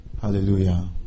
Hallelujah